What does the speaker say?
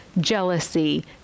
jealousy